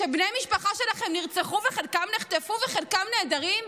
כשבני משפחה שלכם נרצחו וחלקם נחטפו וחלקם נעדרים?